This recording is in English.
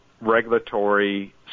regulatory